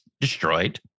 destroyed